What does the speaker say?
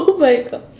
!oh-my-God!